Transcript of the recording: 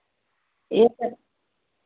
एक हज़ार